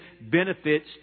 benefits